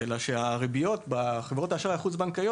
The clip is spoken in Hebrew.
אלא שהריביות בחברות אשראי חוץ בנקאיות